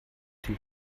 dem